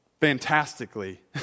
fantastically